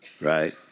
right